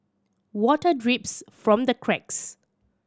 water drips from the cracks